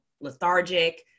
lethargic